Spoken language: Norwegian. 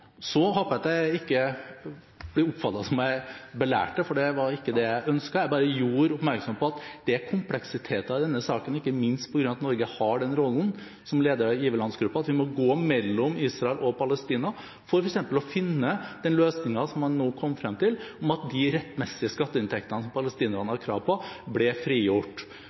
Så håper jeg at jeg ikke blir oppfattet som at jeg belærte, for det var ikke det jeg ønsket. Jeg bare gjorde oppmerksom på at det er kompleksiteter i denne saken ikke minst på grunn av at Norge har rollen som leder av giverlandsgruppen, og at vi må gå mellom Israel og Palestina for f.eks. å finne den løsningen som man nå kom frem til, at de rettmessige skatteinntektene som palestinerne har krav på, ble frigjort.